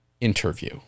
interview